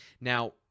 Now